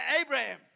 Abraham